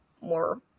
more